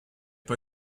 pas